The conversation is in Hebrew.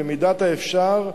במידת האפשר,